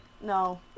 no